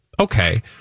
Okay